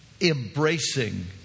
embracing